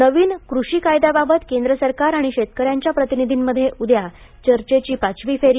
नवीन कृषी कायद्यांबाबत केंद्र सरकार आणि शेतकऱ्यांच्या प्रतिनिधींमध्ये उद्या चर्चेची पाचवी फेरी